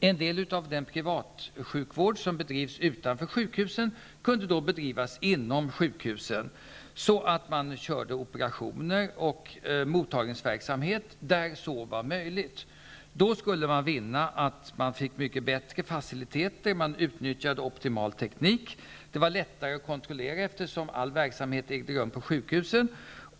En del av den privatsjukvård som bedrivs utanför sjukhusen kunde då bedrivas inom sjukhusen. Då kunde man göra operationer och ha mottagningsverksamhet där så var möjligt. Då skulle vi få mycket bättre faciliteter och man skulle utnyttja optimal teknik. Det skulle vara lättare att kontrollera, eftersom all verksamhet skulle äga rum på sjukhusen.